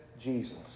Jesus